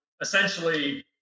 essentially